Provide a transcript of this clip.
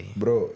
bro